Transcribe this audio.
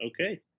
Okay